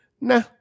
nah